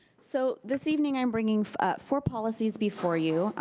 so this evening i'm bringing four policies before you.